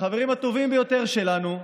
לחברים הטובים ביותר שלנו,